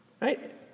Right